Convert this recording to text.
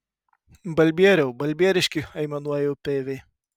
balbieriau balbieriški aimanuoja upeiviai